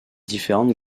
différentes